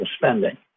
spending